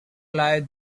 lie